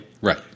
right